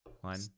one